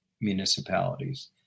municipalities